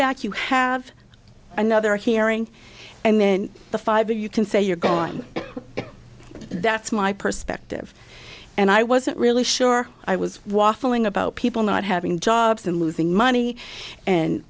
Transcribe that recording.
back you have another hearing and then the five of you can say you're gone that's my perspective and i wasn't really sure i was waffling about people not having jobs and losing money and